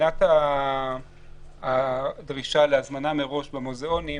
מבחינת הדרישה להזמנה מראש במוזיאונים,